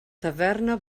taverna